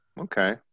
okay